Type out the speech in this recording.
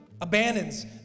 abandons